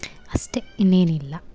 ಅಷ್ಟೇ ಇನ್ನೇನಿಲ್ಲ